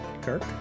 Kirk